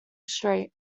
street